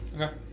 Okay